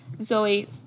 Zoe